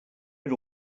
but